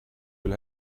will